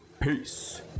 Peace